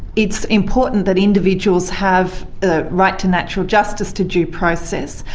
it's important that individuals have the right to natural justice, to due process,